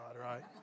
right